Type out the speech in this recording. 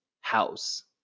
house